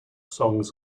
songs